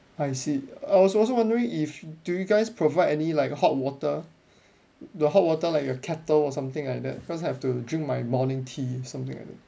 I see I was also wondering if do you guys provide any like hot water the hot water like a kettle or something like that because I have to drink my morning tea something like that